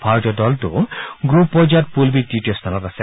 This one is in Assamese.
ভাৰতীয় দলটো গ্ৰুপ পৰ্যায়ৰ পুল বিৰ তৃতীয় স্থানত আছে